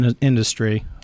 industry